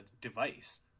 device